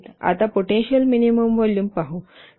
आता potential minimum volume पाहू